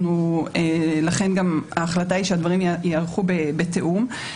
לכן ההחלטה היא שהדברים גם ייערכו בתיאום.